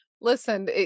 Listen